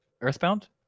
earthbound